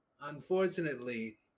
unfortunately